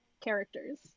characters